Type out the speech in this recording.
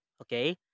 Okay